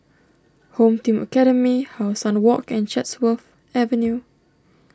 Home Team Academy How Sun Walk and Chatsworth Avenue